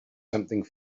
something